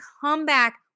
comeback